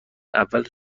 اول